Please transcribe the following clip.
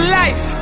life